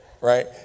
Right